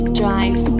drive